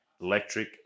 Electric